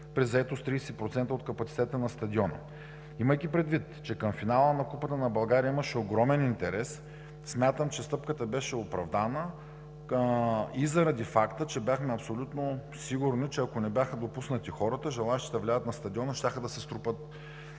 при заетост 30% от капацитета на стадиона. Имайки предвид, че към финала на Купата на България имаше огромен интерес, смятам, че стъпката беше оправдана и заради факта, че бяхме абсолютно сигурни, че ако не бяха допуснати хората, желаещите да влязат на стадиона щяха да се струпат